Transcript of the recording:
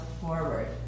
forward